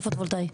הפוטו-וולטאי?